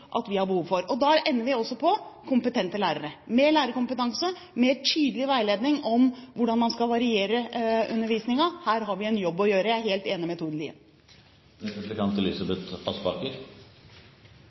at vi har behov for. Da ender vi også med kompetente lærere, mer lærerkompetanse og mer tydelig veiledning om hvordan man skal variere undervisningen. Her har vi en jobb å gjøre. Jeg er helt enig med